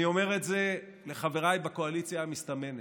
אני אומר את זה לחבריי בקואליציה המסתמנת: